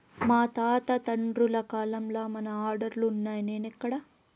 మా తాత తండ్రుల కాలంల మన ఆర్డర్లులున్నై, నేడెక్కడ